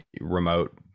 remote